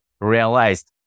realized